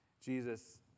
Jesus